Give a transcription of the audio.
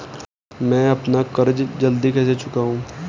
मैं अपना कर्ज जल्दी कैसे चुकाऊं?